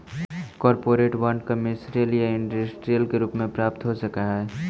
corporate bond commercial या industrial रूप में प्राप्त हो सकऽ हई